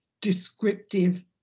descriptive